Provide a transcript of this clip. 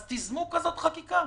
אז תיזמו כזאת חקיקה.